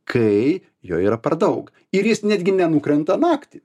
kai jo yra per daug ir jis netgi nenukrenta naktį